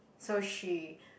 so she